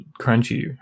crunchy